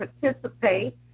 participate